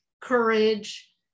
courage